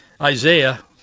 Isaiah